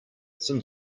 some